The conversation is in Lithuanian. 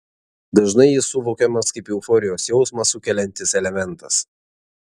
dažnai jis suvokiamas kaip euforijos jausmą sukeliantis elementas